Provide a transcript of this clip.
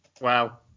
Wow